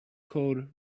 called